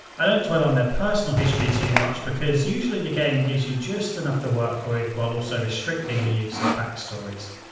i don't dwell on their personal history too much because usually the game gives you just enough to work with while also restricting the use of backstories.